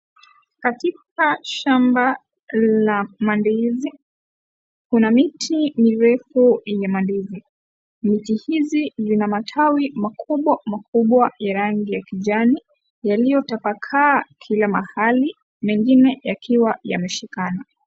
Katika shamba la mandizi. Kuna miti mirefu yenye mandizi. Miti hizi, zina matawi makubwa makubwa ya rangi ya kijani, yaliyotapakaa kila mahali. Mengine, yakiwa yameshikana.